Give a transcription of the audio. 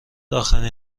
آخرین